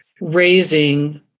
raising